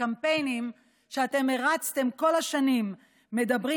הקמפיינים שאתם הרצתם כל השנים מדברים